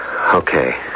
Okay